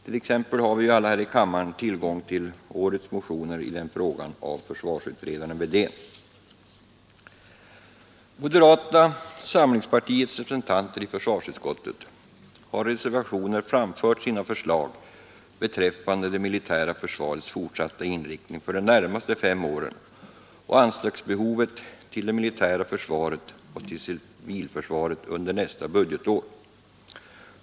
T. ex. har vi ju alla här i kammaren tillgång till årets motioner i den frågan av försvarsutredaren herr Wedén. Moderata samlingspartiets representanter i försvarsutskottet har i reservationer framfört sina förslag beträffande det militära försvarets fortsatta inriktning för de närmaste fem åren och anslagsbehovet för det militära försvaret och för civilförsvaret under nästa budgetår.